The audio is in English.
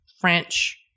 French